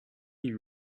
you